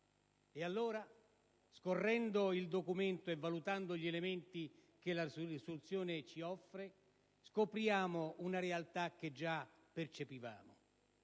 Ed allora, scorrendo il documento e valutando gli elementi che la risoluzione ci offre, scopriamo una realtà che già percepivamo.